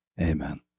Amen